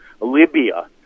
Libya